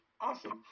Awesome